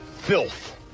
filth